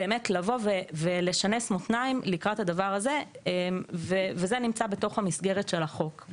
באמת לשנס מותניים לקראת הדבר הזה וזה נמצא במסגרת של החוק.